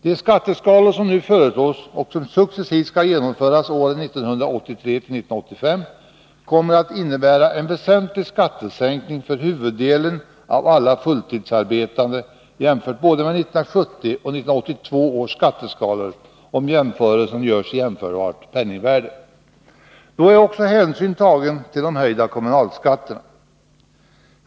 De skatteskalor som nu föreslås och som successivt skall genomföras åren 1983-1985 kommer att innebära en väsentlig skattesänkning för huvuddelen av alla fulltidsarbetande jämfört både med 1970 och 1982 års skatteskalor, om jämförelsen görs i jämförbart penningvärde. Då är också hänsyn tagen till de höjda kommunalskatterna.